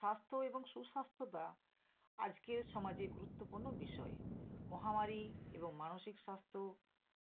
স্বাস্থ্য এবং সুস্বাস্থ্যতা আজকের সমাজে গুরুত্বপূর্ণ বিষয় মহামারী এবং মানসিক স্বাস্থ্য